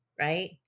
right